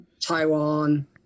Taiwan